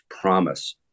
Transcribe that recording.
promise